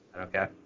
Okay